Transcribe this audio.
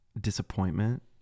disappointment